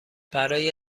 برای